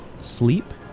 Sleep